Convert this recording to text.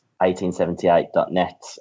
1878.net